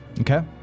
Okay